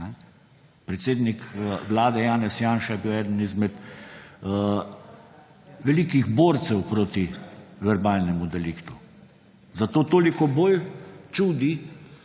Predsednik Vlade Janez Janša je bil eden izmed velikih borcev proti verbalnemu deliktu, zato toliko bolj čudi,